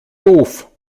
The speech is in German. doof